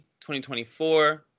2024